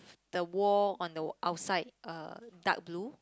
the wall on the outside uh dark blue